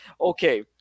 okay